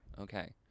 Okay